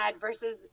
versus